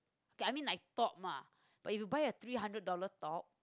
okay I mean like top ah but if you buy a three hundred dollars top